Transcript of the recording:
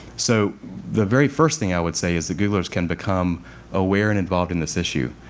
so the very first thing i would say is that googlers can become aware and involved in this issue.